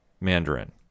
Mandarin